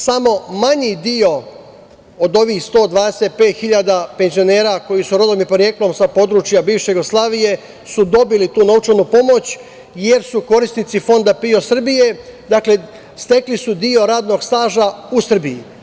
Samo manji deo od ovih 125 hiljada penzionera koji su rodom i poreklom sa područja bivše Jugoslavije su dobili tu novčanu pomoć jer su korisnici Fonda PIO Srbije, dakle, stekli su deo radnog staža u Srbiji.